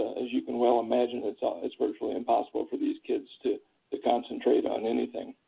as you can well imagine, it's ah it's virtually impossible for these kids to to concentrate on anything.